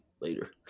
later